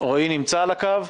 נמצא על הקו?